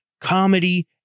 comedy